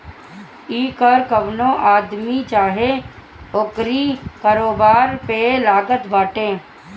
इ कर कवनो आदमी चाहे ओकरी कारोबार पे लागत बाटे